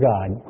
God